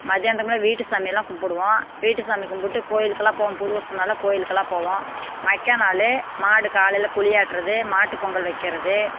மதியானத்துக்கு மேலே வீட்டு சாமி எல்லாம் கும்பிடுவோம் வீட்டு சாமி கும்பிட்டு கோவிலுக்குலாம் போவோம் புது வருஷனால கோவிலுக்குலாம் போவோம் மைக்கா நாள் மாடு காலையில் குளியாட்டுறது மாட்டுப் பொங்கல் வைக்கிறது